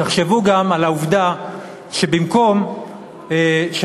תחשבו גם על העובדה שבמקום שהממשלה,